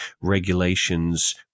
regulations